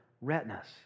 retinas